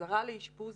חזרה לאשפוז